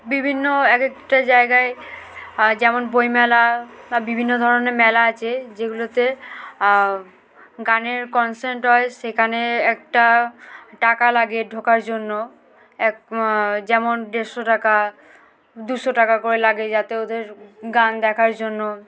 বিভিন্ন এক একটা জায়গায় যেমন বইমেলা বা বিভিন্ন ধরনের মেলা আছে যেগুলোতে গানের কনসেন্ট হয় সেখানে একটা টাকা লাগে ঢোকার জন্য এক যেমন দেড়শো টাকা দুশো টাকা করে লাগে যাতে ওদের গান দেখার জন্য